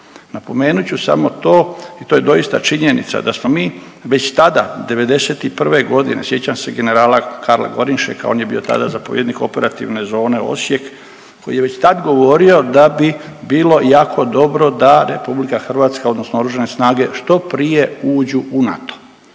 Napomenut ću samo to i to je doista činjenica, da smo mi već tada, '91. g., sjećam se generala Karla Korinšeka, on je bio tada zapovjednik Operativne zone Osijek koji je već tad govorio da bi bilo jako dobro da RH odnosno Oružane snage što prije uđu u NATO